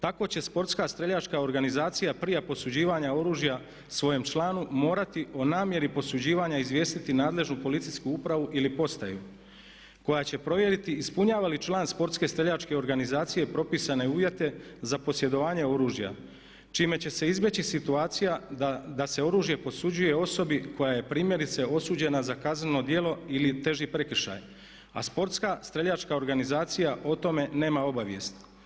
Tako će sportska streljačka organizacija prije posuđivanja oružja svojem članu morati o namjeri posuđivanja izvijestiti nadležnu policijsku upravu ili postaju koja će provjeriti ispunjava li član sportske streljačke organizacije propisane uvjete za posjedovanje oružja čime će se izbjeći situacija da se oružje posuđuje osobi koja je primjerice osuđena za kazneno djelo ili teži prekršaj, a sportska streljačka organizacija o tome nema obavijest.